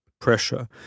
pressure